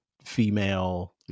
female